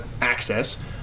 access